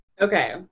Okay